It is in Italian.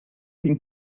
fin